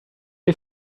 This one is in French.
les